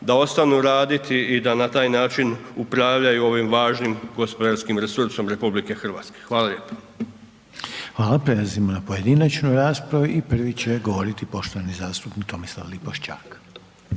da ostanu raditi i da na taj način upravljaju ovim važnim gospodarskim resursom RH. Hvala lijepo. **Reiner, Željko (HDZ)** Hvala. Prelazimo na pojedinačnu raspravu i prvi će govoriti poštovani zastupnik Tomislav Lipošćak.